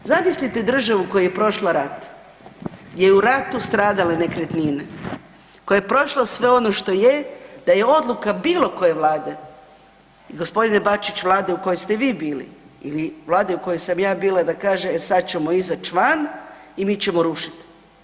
Zamislite državu koja je prošla rat, gdje u ratu stradale nekretnine koja je prošla sve ono što je, da je odluka bilo koje vlade i gospodine Bačić vlade u kojoj ste vi bili ili vlade u kojoj sam ja bila e sad ćemo izaći van i mi ćemo rušiti.